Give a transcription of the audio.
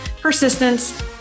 persistence